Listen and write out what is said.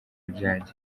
byajya